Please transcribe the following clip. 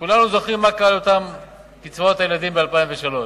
כולנו ראינו מה קרה לקצבאות הילדים ב-2003.